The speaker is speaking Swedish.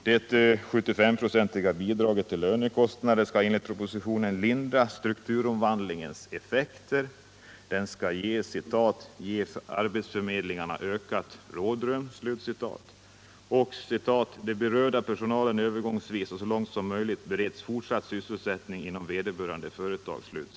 Det 75-procentiga bidraget till lönekostnader skall enligt propositionen lindra strukturomvandlingens effekter — det skall ”ge arbetsförmedlingarna ökat rådrum” — och vidare skall ”den berörda personalen övergångsvis och så långt möjligt beredas fortsatt sysselsättning inom vederbörande företag”.